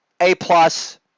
A-plus